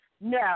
No